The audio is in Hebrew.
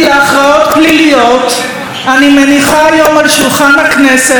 אני מניחה היום על שולחן הכנסת כתב אישום ציבורי,